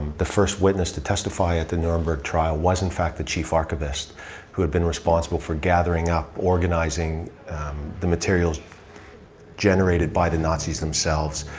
the first witness to testify at the nuremberg trial was, in fact, the chief archivist who'd been responsible for gathering up, organizing the materials generated by the nazis themselves,